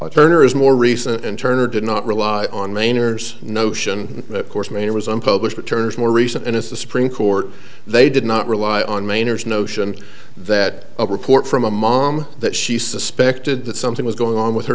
just turner is more recent and turner did not rely on mainers notion of course main was unpublished returns more recent and it's the supreme court they did not rely on minors notion that a report from a mom that she suspected that something was going on with her